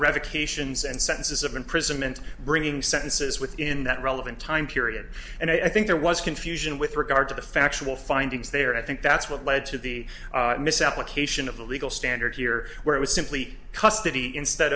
revocations and sentences of imprisonment bringing sentences within that relevant time period and i think there was confusion with regard to the factual findings there and i think that's what led to the misapplication of the legal standard here where it was simply custody instead